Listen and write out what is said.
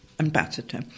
Ambassador